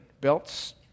Belts